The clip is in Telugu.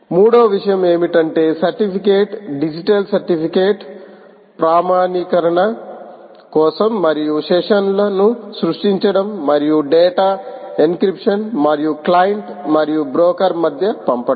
మూడో విషయం ఏమిటంటే సర్టిఫికెట్ డిజిటల్ సర్టిఫికెట్ ప్రామాణీకరణ కోసం మరియు సెషన్లనుసృష్టించడం మరియు డేటా ఎన్క్రిప్షన్ మరియు క్లయింట్ మరియు బ్రోకర్ మధ్య పంపడం